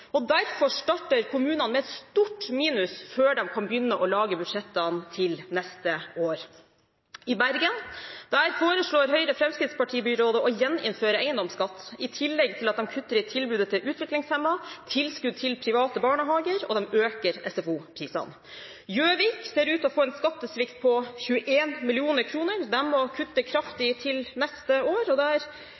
Derfor starter kommunene med et stort minus før de kan begynne å lage budsjettene for neste år. I Bergen foreslår Høyre-Fremskrittsparti-byrådet å gjeninnføre eiendomsskatt i tillegg til at de kutter i tilbudet til utviklingshemmede, de kutter i tilskudd til private barnehager og de øker SFO-prisene. Gjøvik ser ut til å få en skattesvikt på 21 mill. kr. De må kutte kraftig neste år, og